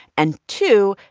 and two,